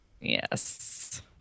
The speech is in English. yes